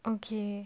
okay